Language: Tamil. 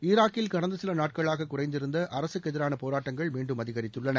ஈராக்கில் கடந்த சில நாட்களாக குறைந்திருந்த அரசுக்கு எதிரான போராட்டங்கள் மீண்டும் அதிகரித்துள்ளன